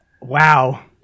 Wow